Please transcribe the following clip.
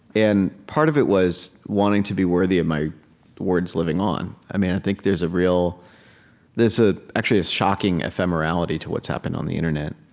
and part of it was wanting to be worthy of my words living on. i mean, i think there's a real there's ah a shocking ephemerality to what's happened on the internet.